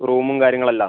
റൂമും കാര്യങ്ങളെല്ലാം